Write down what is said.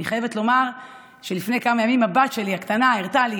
אני חייבת לומר שלפני כמה ימים הבת הקטנה שלי הראתה לי